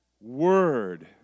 word